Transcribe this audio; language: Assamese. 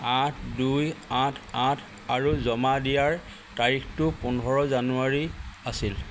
আঠ দুই আঠ আঠ আৰু জমা দিয়াৰ তাৰিখটো পোন্ধৰ জানুৱাৰী আছিল